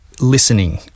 listening